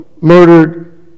murdered